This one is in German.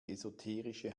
esoterische